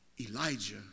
Elijah